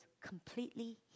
completely